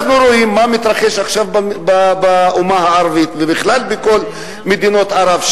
אנחנו רואים מה מתרחש עכשיו באומה הערבית ובכלל בכל מדינות ערב,